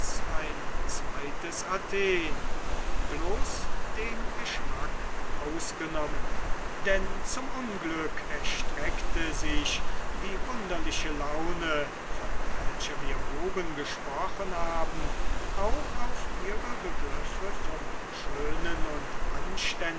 ein kleines athen bloß den geschmack ausgenommen denn zum unglück erstreckte sich die wunderliche laune von welcher wir oben gesprochen haben auch auf ihre begriffe vom schönen und